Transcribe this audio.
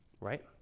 Right